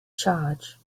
charge